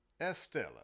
Estella